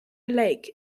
lake